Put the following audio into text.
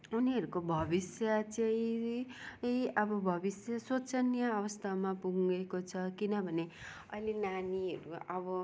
उनीहरूको भविष्य चाहिँ अब भविष्य सोचनीय अवस्थामा पुगेको छ किनभने अहिले नानीहरू अब